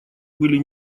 были